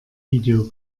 video